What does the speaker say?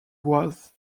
was